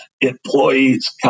employees